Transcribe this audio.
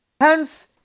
Hence